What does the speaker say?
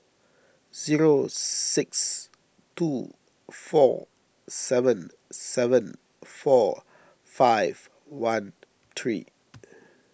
zero six two four seven seven four five one three